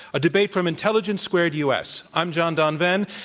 a debate from intelligence squared u. s. i'm john donvan.